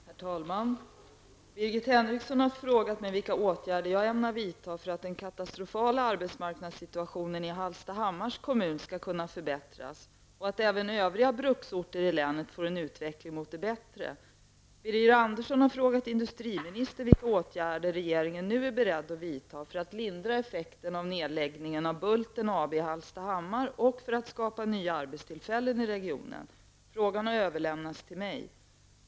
Herr talman! Birgit Henriksson har frågat mig vilka åtgärder jag ämnar vidta för att den katastrofala arbetsmarknadssituationen i Hallstahammars kommun skall kunna förbättras och för att även övriga bruksorter i länet får en utveckling mot det bättre. Hallstahammar och för att skapa nya arbetstillfällen i regionen. Frågan har överlämnats till mig.